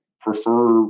prefer